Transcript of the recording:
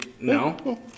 No